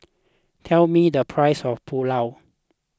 tell me the price of Pulao